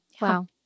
Wow